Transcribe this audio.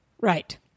Right